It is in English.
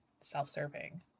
self-serving